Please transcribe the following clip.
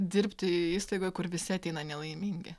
dirbti įstaigoj kur visi ateina nelaimingi